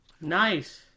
Nice